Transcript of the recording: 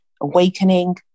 awakening